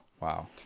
wow